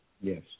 Yes